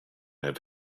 have